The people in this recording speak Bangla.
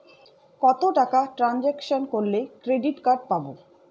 কত টাকা ট্রানজেকশন করলে ক্রেডিট কার্ড পাবো?